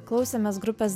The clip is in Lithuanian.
klausėmės grupės